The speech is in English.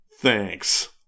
Thanks